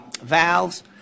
valves